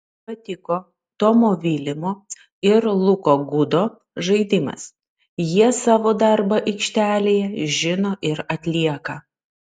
patiko tomo vilimo ir luko gudo žaidimas jie savo darbą aikštelėje žino ir atlieka